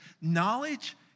knowledge